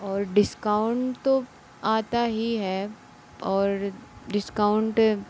और डिस्काउन्ट तो आता ही है और डिस्काउन्ट